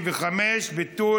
35) (ביטול